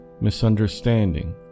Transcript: misunderstanding